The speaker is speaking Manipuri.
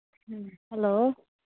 ꯎꯝ ꯍꯂꯣ